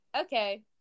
Okay